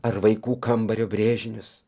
ar vaikų kambario brėžinius